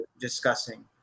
discussing